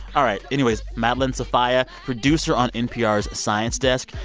all right, anyways, madeline sofia, producer on npr's science desk,